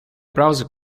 browser